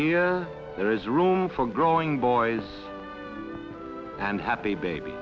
here there is room for growing boys and happy baby